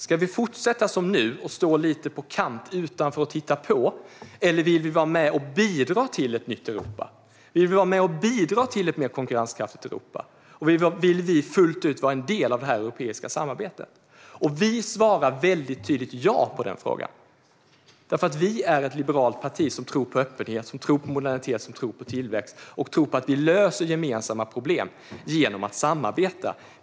Ska vi fortsätta, som nu, och stå lite utanför och titta på, eller vill vi vara med och bidra till ett nytt och mer konkurrenskraftigt Europa? Vill vi fullt ut vara en del av det europeiska samarbetet? Vi svarar väldigt tydligt ja på detta, därför att vi är ett liberalt parti som tror på öppenhet, modernitet och tillväxt, och vi tror att vi löser gemensamma problem genom att samarbeta.